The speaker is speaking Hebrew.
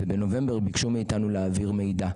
ובנובמבר ביקשו מאתנו להעביר מידע.